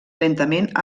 lentament